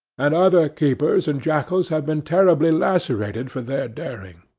and other keepers and jackals have been terribly lacerated for their daring.